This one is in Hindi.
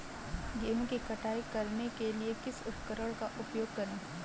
गेहूँ की कटाई करने के लिए किस उपकरण का उपयोग करें?